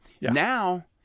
now